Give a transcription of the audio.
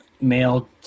male